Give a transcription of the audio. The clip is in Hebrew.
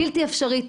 בלתי אפשרית,